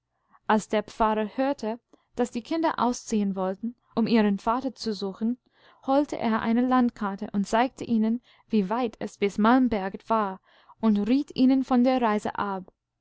als der pfarrer hörte daß die kinder ausziehen wollten um ihren vater zu suchen holte er eine landkarte und zeigte ihnen wie weit es bis malmberget war und riet ihnen von der reise ab